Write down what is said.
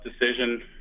decision